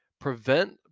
prevent